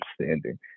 understanding